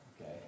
okay